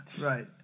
Right